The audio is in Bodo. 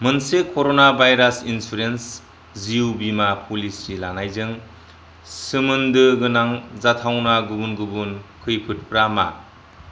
मोनसे कर'ना भाइरास इन्सुरेन्स जिउ बीमा प'लिसि लानायजों सोमोन्दो गोनां जाथावना गुबुन गुबुन खैफोदफोरा मा